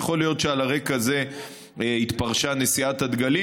יכול להיות שעל הרקע הזה התפרשה נשיאת הדגלים.